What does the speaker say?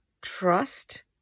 trust